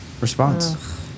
response